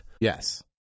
Yes